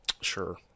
Sure